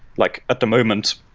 like at the moment,